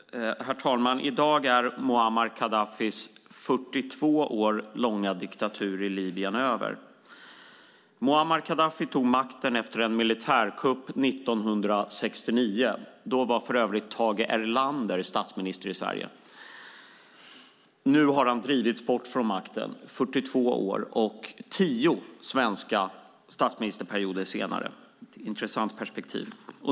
Herr talman! I dag är Muammar Gaddafis 42 år långa diktatur i Libyen över. Muammar Gaddafi tog makten efter en militärkupp 1969. Då var för övrigt Tage Erlander statsminister i Sverige. Nu har Gaddafi drivits bort från makten, 42 år och tio svenska statsministerperioder senare - ett intressant perspektiv.